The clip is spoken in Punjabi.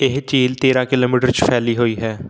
ਇਹ ਝੀਲ ਤੇਰ੍ਹਾਂ ਕਿਲੋਮੀਟਰ 'ਚ ਫੈਲੀ ਹੋਈ ਹੈ